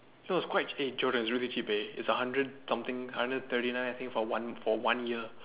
no it's quite eh Jordan it's really cheap eh it's hundred something hundred thirty nine I think for one for one year